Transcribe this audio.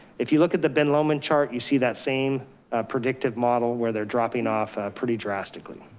if you look at the ben lomond chart, you see that same predictive model where they're dropping off pretty drastically.